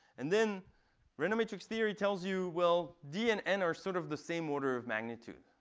and then random matrix theory tells you, well, d and n are sort of the same order of magnitude.